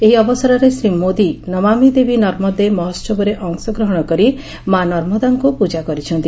ଏହି ଅବସରରେ ଶ୍ରୀ ମୋଦି ନମାମୀ ଦେବୀ ନର୍ମଦେ ମହୋହବରେ ଅଂଶଗ୍ରହଣ କରି ମା' ନର୍ମଦାଙ୍କୁ ପୂଜା କରିଛନ୍ତି